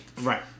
Right